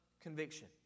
conviction